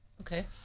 Okay